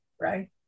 right